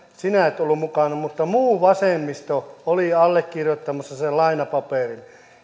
sinä et ollut mukana mutta muu vasemmisto oli allekirjoittamassa sen lainapaperin